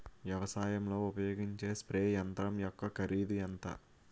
వ్యవసాయం లో ఉపయోగించే స్ప్రే యంత్రం యెక్క కరిదు ఎంత?